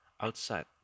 outside